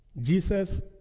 Jesus